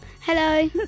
Hello